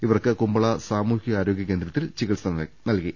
ഇവർക്ക് കുമ്പള സാമൂഹികാരോഗ്യ കേന്ദ്രത്തിൽ ചികിത്സ നൽകി